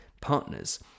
partners